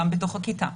גם בתוך הכיתה?